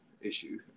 issue